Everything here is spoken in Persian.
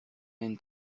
این